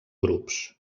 grups